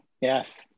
yes